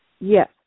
Yes